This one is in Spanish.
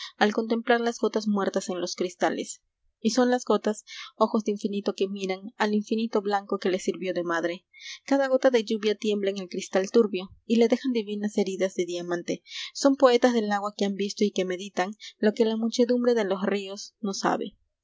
al contemplar las gotas muertas en los cristales i y son las gotas ojos de infinito que miran al infinito blanco que les sirvió de madre cada gota de lluvia tiembla en el cristal turbio y le dejan divinas heridas de diamante son poetas del agua que han visto y que meditan lo que la muchedumbre de los ríos no sabe